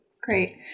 Great